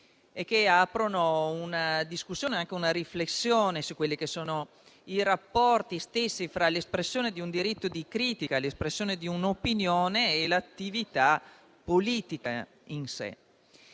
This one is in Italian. e che aprono una discussione e una riflessione sui rapporti stessi fra l'espressione di un diritto di critica, l'espressione di un'opinione e l'attività politica in sé.